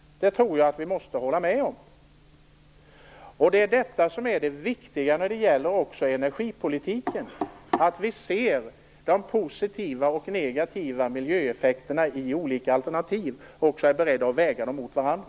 Det tror jag att ni måste hålla med om. Det är i energipolitiken viktigt att vi ser de positiva och negativa miljöeffekterna i olika alternativ och även är beredda att väga dem mot varandra.